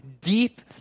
deep